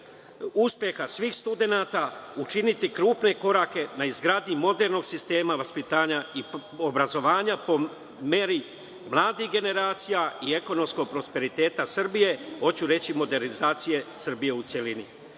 uspeha svih studenata učiniti krupne korake na izgradnji moderno sistema vaspitanja i obrazovanja po meri mladih generacija i ekonomskog prosperiteta Srbije, hoću reći modernizacije Srbije u